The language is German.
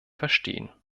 verstehen